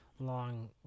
Long